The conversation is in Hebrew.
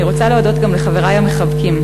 אני רוצה להודות גם לחברי המחבקים,